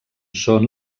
són